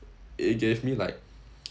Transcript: it gave me like